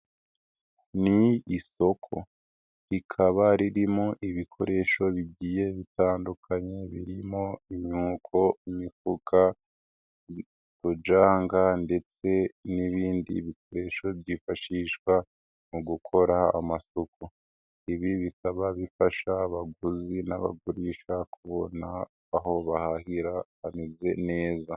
Ni isoko, rikaba ririmo ibikoresho bigiye bitandukanye, birimo imyuko, imifuka, amajanga ndetse n'ibindi bikoresho, byifashishwa mu gukora amasuku, ibi bikaba bifasha abaguzi n'abagurisha kubona aho bahira, hameze neza.